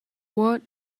what